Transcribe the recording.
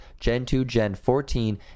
Gen2Gen14